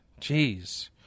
Jeez